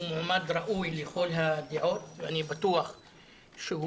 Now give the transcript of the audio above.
מועמד ראוי לכל הדעות ואני בטוח שהוא